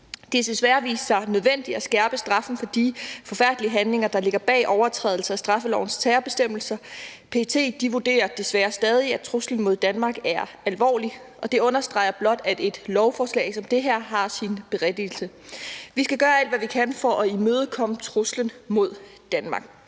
Det har desværre vist sig nødvendigt at skærpe straffene for de forfærdelige handlinger, der ligger bag overtrædelser af straffelovens terrorbestemmelser. PET vurderer desværre stadig, at truslen mod Danmark er alvorlig, og det understreger blot, at et lovforslag som det her har sin berettigelse. Vi skal gøre alt, hvad vi kan, for at imødegå truslen mod Danmark.